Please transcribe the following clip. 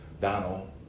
Donald